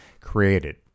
created